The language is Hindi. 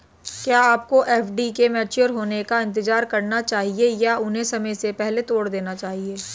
क्या आपको एफ.डी के मैच्योर होने का इंतज़ार करना चाहिए या उन्हें समय से पहले तोड़ देना चाहिए?